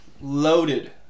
loaded